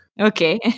okay